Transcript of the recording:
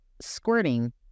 squirting